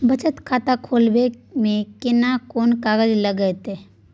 बचत खाता खोलबै में केना कोन कागज लागतै?